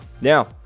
Now